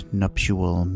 nuptial